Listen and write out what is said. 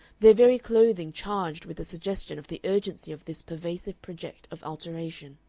their very clothing charged with the suggestion of the urgency of this pervasive project of alteration.